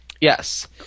Yes